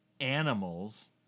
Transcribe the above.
animals